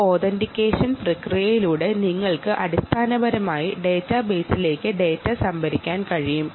ഒരു ഓതൻഡിക്കേഷൻ പ്രക്രിയയിലൂടെ നിങ്ങൾക്ക് അടിസ്ഥാനപരമായി ഡാറ്റാബേസിലേക്ക് ഡാറ്റ സംഭരിക്കാൻ കഴിയും